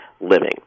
living